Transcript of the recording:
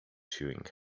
chewing